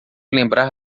lembrar